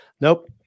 Nope